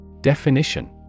Definition